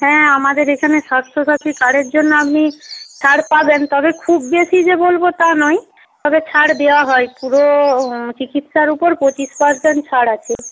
হ্যাঁ আমাদের এখানে স্বাস্থ্যসাথী কার্ডের জন্য আপনি ছাড় পাবেন তবে খুব বেশি যে বলব তা নয় তবে ছাড় দেওয়া হয় পুরো চিকিৎসার উপর পঁচিশ পার্সেন্ট ছাড় আছে